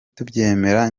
tubyemera